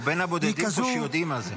--- הוא בין הבודדים פה שיודעים מה זה.